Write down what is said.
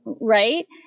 right